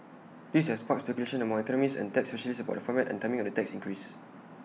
this has sparked speculation among economists and tax specialists about the format and timing of the tax increase